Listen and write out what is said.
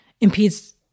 impedes